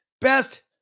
Best